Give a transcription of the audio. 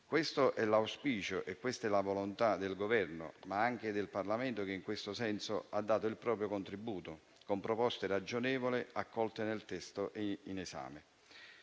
Questi sono l'auspicio e la volontà del Governo, ma anche del Parlamento, che in questo senso ha dato il proprio contributo con proposte ragionevoli, accolte nel testo in esame.